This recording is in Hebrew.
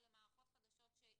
אלה מערכות חדשות שייכנסו,